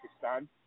Pakistan